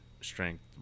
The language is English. strength